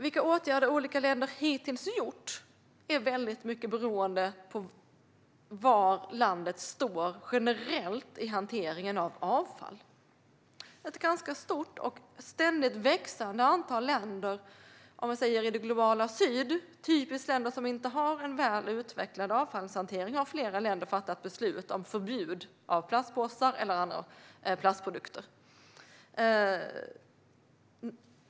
Vilka åtgärder som olika länder hittills har vidtagit beror väldigt mycket på var landet står generellt i hanteringen av avfall. Ett ganska stort och ständigt växande antal länder i det globala syd - länder som inte har en väl utvecklad avfallshantering - har fattat beslut om förbud mot plastpåsar och andra plastprodukter.